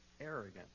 arrogant